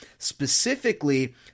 Specifically